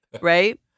right